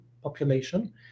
population